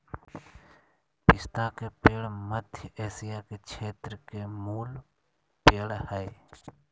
पिस्ता के पेड़ मध्य एशिया के क्षेत्र के मूल पेड़ हइ